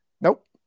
Nope